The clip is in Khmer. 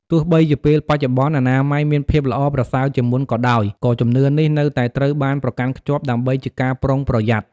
ទោះបីជាពេលបច្ចុប្បន្នអនាម័យមានភាពល្អប្រសើរជាងមុនក៏ដោយ ក៏ជំនឿនេះនៅតែត្រូវបានប្រកាន់ខ្ជាប់ ដើម្បីជាការប្រុងប្រយ័ត្ន។